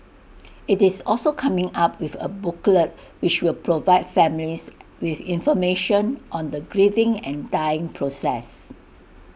IT is also coming up with A booklet which will provide families with information on the grieving and dying process